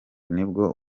nibwo